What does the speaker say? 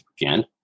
again